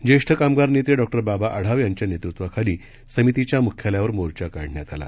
ज्येष्ठ कामगार नेते डॉक्टर बाबा आढाव यांच्या नेतृत्वाखाली समितीच्या मुख्यालयावर मोर्चा काढण्यात आला